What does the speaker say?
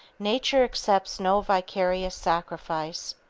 nature accepts no vicarious sacrifice,